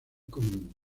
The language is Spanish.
común